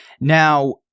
Now